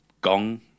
gong